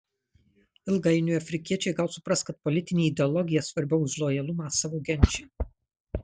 ilgainiui afrikiečiai gal supras kad politinė ideologija svarbiau už lojalumą savo genčiai